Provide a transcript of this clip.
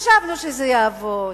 חשבנו שזה יעבור,